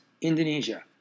Indonesia